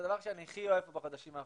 זה הדבר שאני הכי אוהב בחודשים האחרונים.